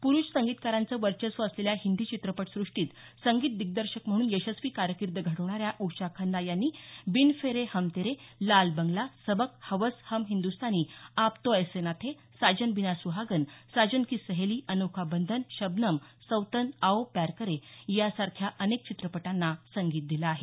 पुरुष संगीतकारांचं वर्चस्व असलेल्या हिंदी चित्रपटसृष्टीत संगीत दिग्दर्शक म्हणून यशस्वी कारकीर्द घडवणाऱ्या उषा खन्ना यांनी बिन फेरे हम तेरे लाल बंगला सबक हवस हम हिंदुस्थानी आप तो ऐसे ना थे साजन बिना सुहागन साजन की सहेली अनोखा बंधन शबनम सौतन आओ प्यार करे यासारख्या अनेक चित्रपटांना संगीत दिलं आहे